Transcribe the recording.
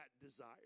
desire